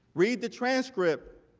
read the transcript,